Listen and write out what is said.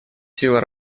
силой